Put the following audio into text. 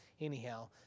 anyhow